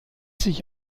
sich